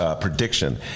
prediction